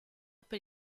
per